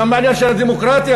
גם בעניין של הדמוקרטיה.